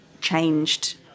changed